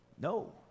No